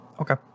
Okay